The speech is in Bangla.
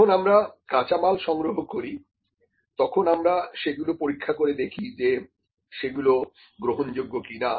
যখন আমরা কাঁচামাল সংগ্রহ করি তখন আমরা সেগুলো পরীক্ষা করে দেখি যে সেগুলি গ্রহণযোগ্য কিনা